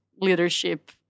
leadership